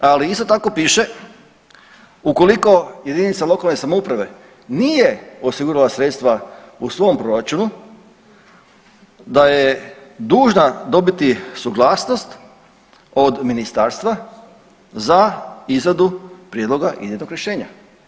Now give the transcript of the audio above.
Ali isto tako piše ukoliko jedinica lokalne samouprave nije osigurala sredstva u svom proračunu da je dužna dobiti suglasnost od ministarstva za izradu prijedloga predmetnog rješenja.